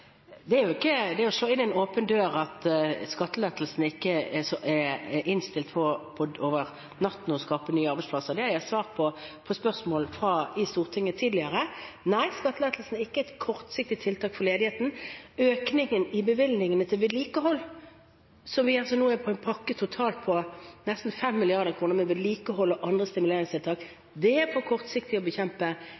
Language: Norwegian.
Det er å slå inn en åpen dør at skattelettelsene ikke over natten er innstilt på å skape nye arbeidsplasser. Det har jeg svart på på spørsmål i Stortinget tidligere. Nei, skattelettelsene er ikke et kortsiktig tiltak for ledigheten. Økningen i bevilgningene til vedlikehold – vi har altså nå en pakke på totalt nesten 5 mrd. kr til vedlikehold og andre stimuleringstiltak